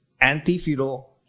anti-feudal